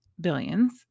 billions